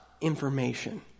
information